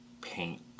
paint